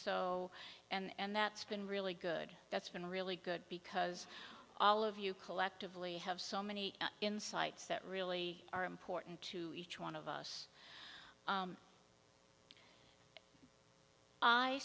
so and that's been really good that's been really good because all of you collectively have so many insights that really are important to each one of us